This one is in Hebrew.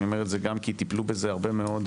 אני אומר את זה גם כי טיפלו בזה הרבה מאוד,